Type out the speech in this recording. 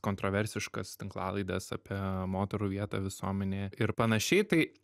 kontraversiškas tinklalaides apie moterų vietą visuomenėje ir panašiai tai